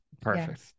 perfect